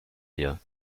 dir